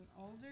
older